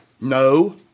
No